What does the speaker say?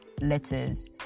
letters